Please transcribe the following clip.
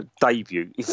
debut